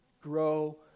grow